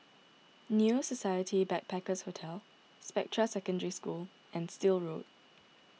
New Society Backpackers' Hotel Spectra Secondary School and Still Road